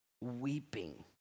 weeping